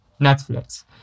Netflix